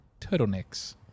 turtlenecks